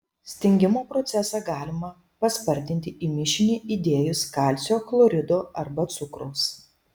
stingimo procesą galima paspartinti į mišinį įdėjus kalcio chlorido arba cukraus